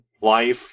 life